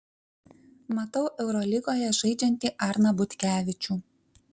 matau eurolygoje žaidžiantį arną butkevičių